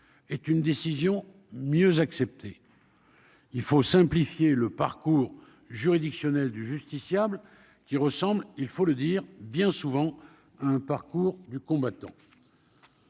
est une décision mieux acceptée. Il faut simplifier le parcours juridictionnel du justiciable qui ressemble, il faut le dire bien souvent un parcours du combattant.